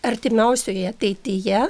artimiausioje ateityje